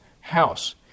house